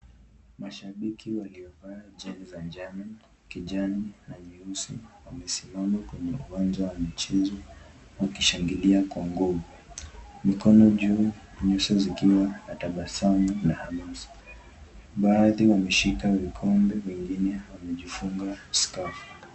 mashabiki waliovaa jezi za njano, kijani na nyeusi wamesimama kwenye uwanja wa michezo wakishangilia kwa nguvu, mikono juu nyuzo zikiwa na tabasamu baadhi wameshika vikobe wengine wamejifunga skafu.